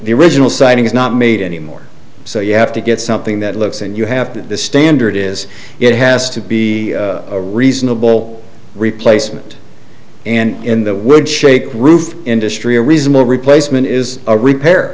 the original site is not made anymore so you have to get something that looks and you have to the standard is it has to be a reasonable replacement and in that would shake roof industry a reasonable replacement is a repair